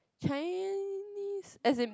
Chinese as in